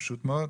פשוט מאוד.